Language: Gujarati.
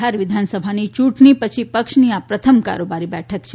બિહાર વિધાનસભાની યુંટણી પછી પક્ષની આ પ્રથમ કારોબારી બેઠક છે